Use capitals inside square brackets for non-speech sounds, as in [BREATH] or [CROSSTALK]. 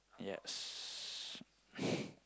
yes [BREATH]